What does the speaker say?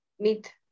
meet